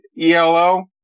ELO